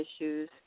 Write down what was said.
issues